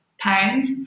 pounds